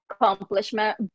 accomplishment